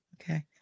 okay